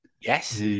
Yes